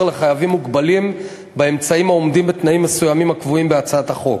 לחייבים מוגבלים באמצעים העומדים בתנאים מסוימים הקבועים בהצעת החוק.